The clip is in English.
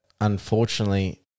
unfortunately